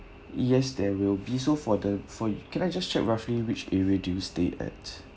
yes there will be so for the for can I just check roughly which area do you stay at